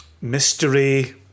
mystery